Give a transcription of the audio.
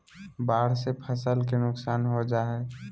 बाढ़ से फसल के नुकसान हो जा हइ